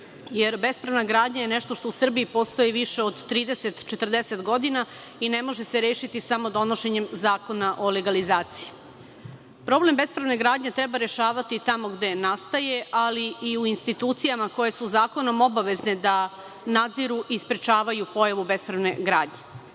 jer bespravna gradnja je nešto što u Srbiji postoji više od 30, 40 godina i ne može se rešiti samo donošenjem Zakona o legalizaciji. Problem bespravne gradnje treba rešavati tamo gde nastaje, ali i u institucijama koje su zakonom obavezne da nadziru i sprečavaju pojavu bespravne gradnje.